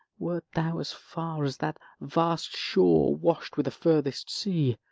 wert thou as far as that vast shore wash'd with the furthest sea,